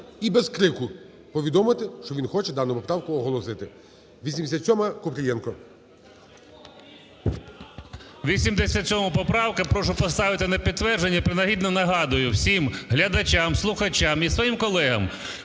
і без крику повідомити, що він хоче дану поправку оголосити. 87-а, Купрієнко. 13:53:07 КУПРІЄНКО О.В. 87 поправку прошу поставити на підтвердження. І принагідно нагадую всім глядачам, слухачам і своїм колегам.